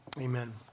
amen